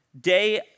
day